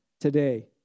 today